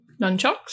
Nunchucks